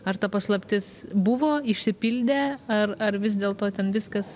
ar ta paslaptis buvo išsipildė ar ar vis dėlto ten viskas